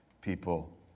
people